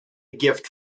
gift